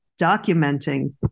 documenting